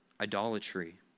Idolatry